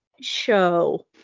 show